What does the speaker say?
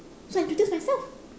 so I introduced myself